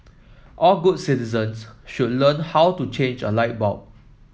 all good citizens should learn how to change a light bulb